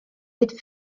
mit